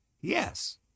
Yes